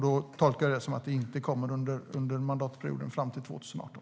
Då tolkar jag det som att det inte kommer under mandatperioden, fram till 2018.